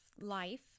life